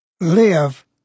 Live